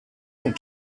sont